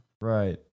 Right